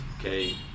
okay